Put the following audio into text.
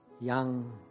young